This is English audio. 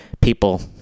people